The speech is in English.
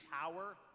power